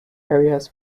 areas